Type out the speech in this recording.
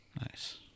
Nice